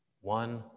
one